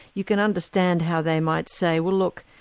you can understand how they might say, well look,